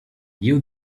you